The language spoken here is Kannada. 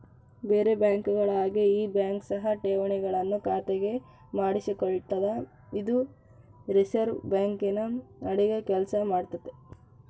ಬೇರೆ ಬ್ಯಾಂಕುಗಳ ಹಾಗೆ ಈ ಬ್ಯಾಂಕ್ ಸಹ ಠೇವಣಿಗಳನ್ನು ಖಾತೆಗೆ ಮಾಡಿಸಿಕೊಳ್ತಾವ ಇದು ರಿಸೆರ್ವೆ ಬ್ಯಾಂಕಿನ ಅಡಿಗ ಕೆಲ್ಸ ಮಾಡ್ತದೆ